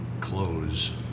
close